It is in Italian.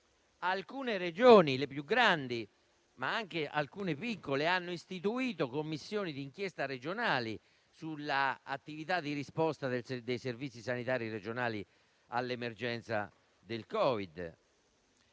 alcune Regioni (le più grandi, ma anche alcune piccole) hanno istituito Commissioni d'inchiesta regionali sulla risposta dei servizi sanitari regionali all'emergenza Covid-19.